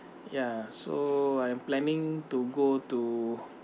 ya so I am planning to go to